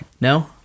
No